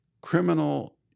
criminal